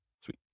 Sweet